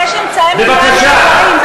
יש אמצעי מניעה נהדרים,